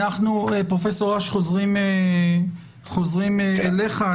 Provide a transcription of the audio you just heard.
פרופ' אש, אנחנו חוזרים אליך.